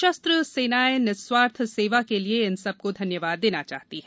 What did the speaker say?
सशस्त्र सेनाएं निस्वार्थ सेवा के लिए इन सबको धन्यवाद देना चाहती है